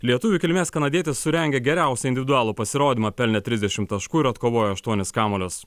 lietuvių kilmės kanadietis surengė geriausią individualų pasirodymą pelnė trisdešim taškų ir atkovojo aštuonis kamuolius